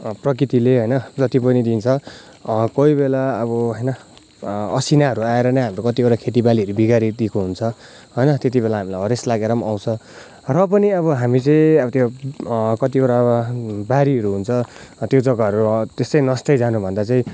प्रकृतिले होइन जति पनि दिन्छ कोही बेला अब होइन असिनाहरू आएर नै हाम्रो खेती बालीहरू बिगारिदिएको हुन्छ होइन त्यति बेला हामीलाई हरेस लागेर पनि आउँछ र पनि अब हामी चाहिँ कतिवटा बारीहरू हुन्छ त्यो जग्गाहरू त्यसै नष्टै जानुभन्दा चाहिँ